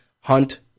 Hunt